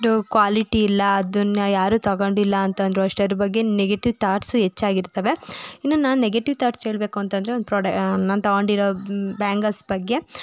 quality ಇಲ್ಲ ಅದನ್ನು ಯಾರೂ ತೊಗೊಂಡಿಲ್ಲ ಅಂತಂದರೂ ಅಷ್ಟೇ ಅದರ ಬಗ್ಗೆ ನೆಗೆಟಿವ್ ಥಾಟ್ಸು ಹೆಚ್ಚಾಗಿರ್ತವೆ ಇನ್ನು ನಾನು ನೆಗೆಟಿವ್ ಥಾಟ್ಸ್ ಹೇಳಬೇಕು ಅಂತಂದರೆ ಒಂದು ಪ್ರೊಡಾ ನಾನು ತೊಗೊಂಡಿರೋ ಬ್ಯಾಂಗಲ್ಸ್ ಬಗ್ಗೆ